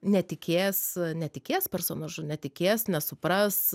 netikės netikės personažu netikės nesupras